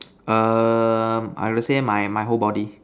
um I will say my my whole body